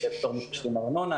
ויש פטור מתשלום ארנונה,